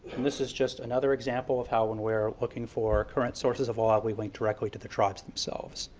this is just another example of how and we're looking for current sources of law we link directly to the tribes themselves,